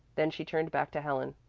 then she turned back to helen.